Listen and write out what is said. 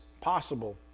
possible